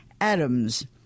Adams